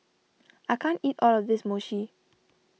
I can't eat all of this Mochi